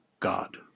God